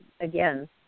again